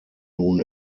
nun